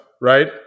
right